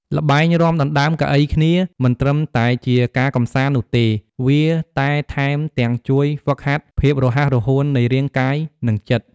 ល្បែងរាំដណ្តើមកៅអីគ្នា មិនត្រឹមតែជាការកម្សាន្តនោះទេ វាតែថែមទាំងជួយហ្វឹកហាត់ភាពរហ័សរហួននៃរាងកាយ និងចិត្ត។